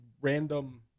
random